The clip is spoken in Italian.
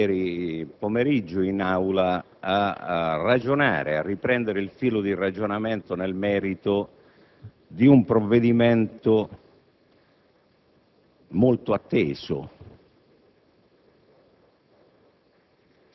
venire ieri pomeriggio in Aula a riprendere il filo del ragionamento nel merito di un provvedimento molto atteso